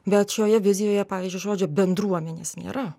bet šioje vizijoje pavyzdžiui žodžio bendruomenės nėra